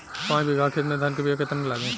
पाँच बिगहा खेत में धान के बिया केतना लागी?